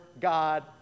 God